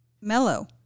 mellow